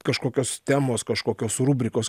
kažkokios temos kažkokios rubrikos